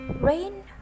rain